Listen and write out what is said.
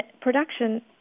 production